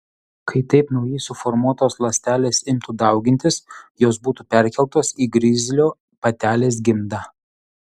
kai taip naujai suformuotos ląstelės imtų daugintis jos būtų perkeltos į grizlio patelės gimdą